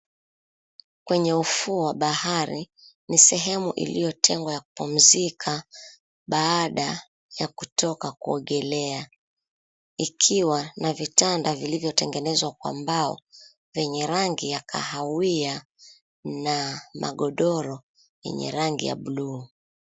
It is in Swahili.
Kwenye ufuo wa bahari, ni sehemu iliyotengwa ya kupumzika baada ya kutoka kuogelea. Ikiwa na vitanda vilivyotengenezwa kwa mbao vyenye rangi ya kahawia na magodoro yenye rangi ya buluu.